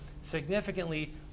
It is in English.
significantly